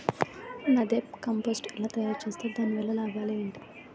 NADEP compost ఎలా తయారు చేస్తారు? దాని వల్ల లాభాలు ఏంటి?